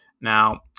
Now